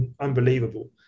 unbelievable